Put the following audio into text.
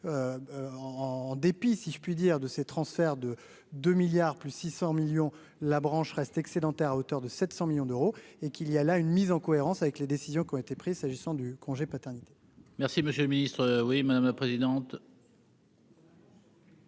en dépit, si je puis dire de ces transferts de 2 milliards plus 600 millions la branche reste excédentaire à hauteur de 700 millions d'euros et qu'il y a là une mise en cohérence avec les décisions qui ont été prises, s'agissant du congé paternité. Merci, monsieur le Ministre, oui madame la présidente.